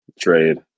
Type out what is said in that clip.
trade